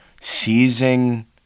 Seizing